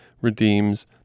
redeems